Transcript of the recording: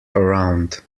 around